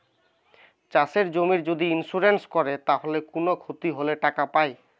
চাষের জমির যদি ইন্সুরেন্স কোরে তাইলে কুনো ক্ষতি হলে টাকা পায়